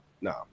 No